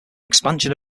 expansion